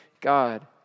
God